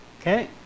Okay